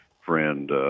friend